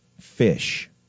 fish